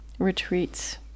retreats